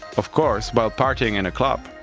of course while partying in a club,